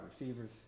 receivers